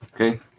Okay